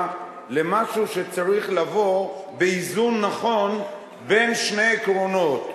למשהו שצריך לבוא באיזון נכון בין שני עקרונות.